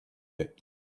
bit